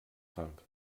trank